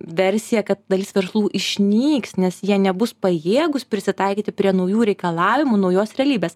versija kad dalis verslų išnyks nes jie nebus pajėgūs prisitaikyti prie naujų reikalavimų naujos realybės